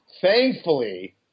Thankfully